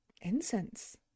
incense